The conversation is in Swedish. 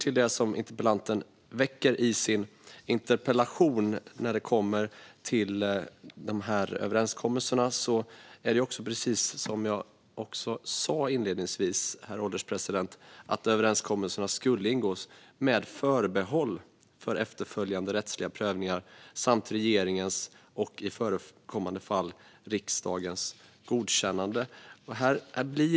I interpellationen tas överenskommelserna upp, och precis som jag sa inledningsvis skulle överenskommelserna ingås med förbehåll för efterföljande rättsliga prövningar samt regeringens och i förekommande fall riksdagens godkännande.